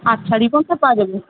আচ্ছা রিববনটা পাওয়া যাবে